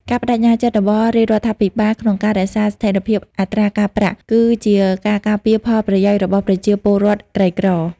ការប្តេជ្ញាចិត្តរបស់រាជរដ្ឋាភិបាលក្នុងការរក្សាស្ថិរភាពអត្រាការប្រាក់ គឺជាការការពារផលប្រយោជន៍របស់ប្រជាពលរដ្ឋក្រីក្រ។